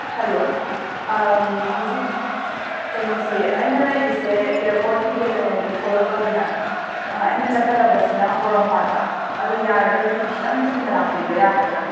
hello ꯍꯧꯖꯤꯛ ꯀꯩꯅꯣꯁꯦ ꯑꯩꯅ ꯂꯩꯔꯤꯁꯦ ꯑꯦꯌꯔꯄꯣꯔꯠꯀꯤ ꯒꯦꯠꯇꯅꯦꯕ ꯍꯦꯛ ꯊꯣꯛꯂꯛꯄꯒꯤꯗ ꯑꯩꯅ ꯆꯠꯀꯗꯕꯁꯤꯅ ꯄꯣꯔꯣꯝꯄꯥꯠꯇ ꯑꯗꯣ ꯌꯥꯔꯒꯗꯤ ꯈꯤꯇꯪ ꯊꯨꯅ ꯂꯥꯛꯄꯤꯕ ꯌꯥꯒꯗ꯭ꯔꯥ